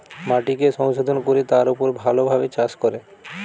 মাটিকে সংশোধন কোরে তার উপর ভালো ভাবে চাষ করে